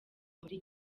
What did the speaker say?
muri